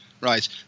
right